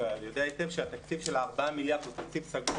אתה יודע היטב שהתקציב של 4 מיליארד הוא תקציב סגור